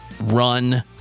run